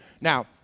Now